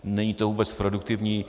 Není to vůbec produktivní.